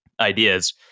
ideas